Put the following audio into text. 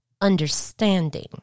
understanding